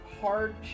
hard